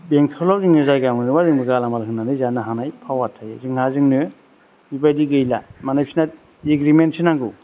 बेंटलाव जोङो जायगा मोनोबा जोंबो गेलामाल होनानै जानो हानाय पावार थायो जोंना जोंनो बेबायदि गैला माने बिसोरना एग्रिमेन्टसो नांगौ